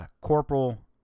Corporal